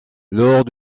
lors